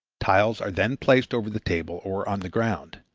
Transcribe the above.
tiles are then placed over the table or on the ground.